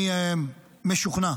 אני משוכנע